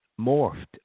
morphed